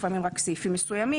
לפעמים רק סעיפים מסוימים.